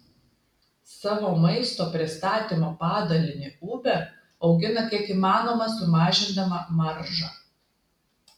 savo maisto pristatymo padalinį uber augina kiek įmanoma sumažindama maržą